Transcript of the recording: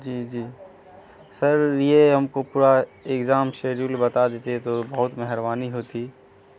جی جی سر یہ ہم کو پورا ایگزام شیڈیول بتا دیتے تو بہت مہربانی ہوتی